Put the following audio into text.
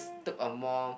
took a more